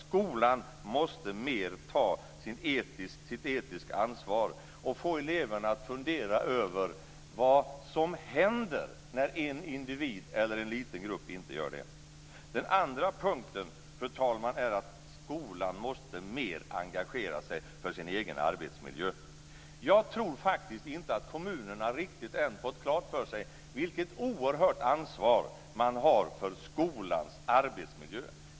Skolan måste mer ta sitt etiska ansvar och få eleverna att fundera över vad som händer när en individ eller en liten grupp inte gör det. Den andra punkten, fru talman, är att skolan måste mer engagera sig för sin egen arbetsmiljö. Jag tror faktiskt inte att kommunerna riktigt än fått klart för sig vilket oerhört ansvar man har för skolans arbetsmiljö.